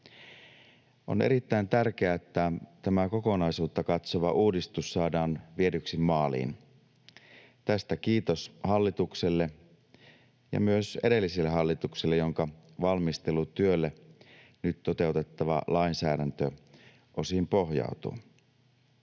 On erittäin tärkeää, että tämä kokonaisuutta katsova uudistus saadaan viedyksi maaliin — tästä kiitos hallitukselle ja myös edellisille hallituksille, joiden valmistelutyölle nyt toteutettava lainsäädäntö osin pohjautuu.